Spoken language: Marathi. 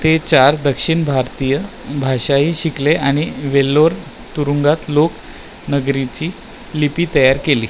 ते चार दक्षिण भारतीय भाषाही शिकले आणि वेल्लोर तुरुंगात लोक नगरीची लिपी तयार केली